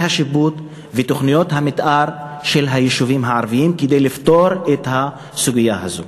השיפוט ותוכניות המתאר של היישובים הערביים כדי לפתור את הסוגיה הזו.